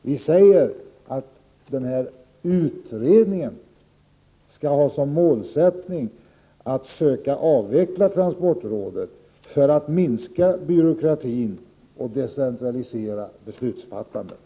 Vi säger att utredningen skall ha som målsättning att söka avveckla transportrådet för att minska byråkratin och decentralisera beslutsfattandet.